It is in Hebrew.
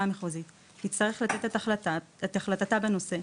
המחוזית שתצטרך לתת את החלטתה בנושא,